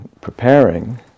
preparing